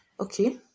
Okay